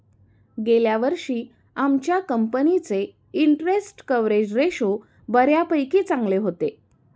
गेल्या वर्षी आमच्या कंपनीचे इंटरस्टेट कव्हरेज रेशो बऱ्यापैकी चांगले होते